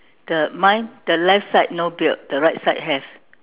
the mine the left side no beard the right side has